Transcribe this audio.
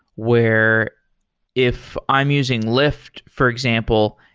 where if i'm using lyft, for example,